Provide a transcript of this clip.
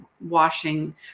washing